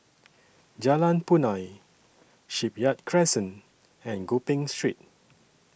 Jalan Punai Shipyard Crescent and Gopeng Street